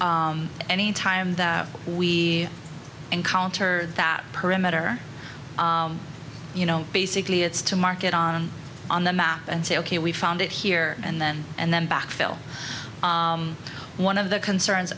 so any time that we encounter that perimeter you know basically it's to mark it on on the map and say ok we found it here and then and then back fill one of the concerns